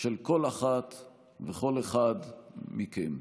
של כל אחת וכל אחד מכם.